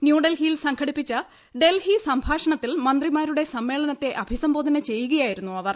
ന്യൂഡൽഹിയിൽ സംഘടിപ്പിച്ച ഡൽഹി സംഭാഷണ ത്തിൽ മന്ത്രിമാരുടെ സമ്മേളനത്തെ അഭിസംബോധന ചെയ്യുകയായിരുന്നു അവർ